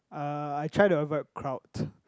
uh I try to avoid crowd